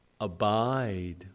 abide